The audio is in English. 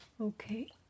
Okay